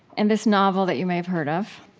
and this novel that you may have heard of.